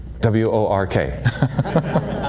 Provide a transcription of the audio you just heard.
W-O-R-K